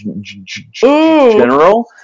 general